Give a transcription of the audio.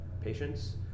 patients